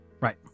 right